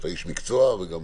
אתה איש מקצוע, וגם